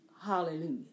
hallelujah